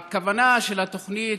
הכוונה של התוכנית,